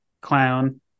Clown